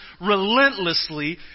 relentlessly